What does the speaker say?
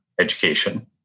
education